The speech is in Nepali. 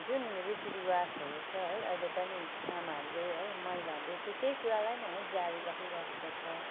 जुन रीति रिवाजहरू छ है अहिले पनि आमाहरूले महिलाहरूले त्यही कुरालाई नै जारी राखिराखेको छ